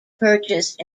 purchased